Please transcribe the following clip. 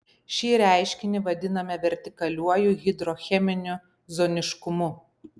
šį reiškinį vadiname vertikaliuoju hidrocheminiu zoniškumu